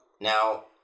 Now